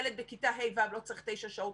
ילד בכיתה ה'-ו' לא צריך תשע שעות,